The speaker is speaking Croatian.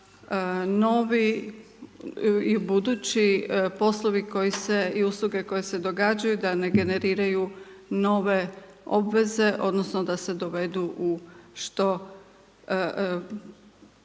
da se ne dovedu u što